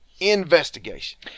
investigation